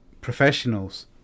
professionals